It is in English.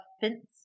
fence